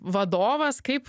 vadovas kaip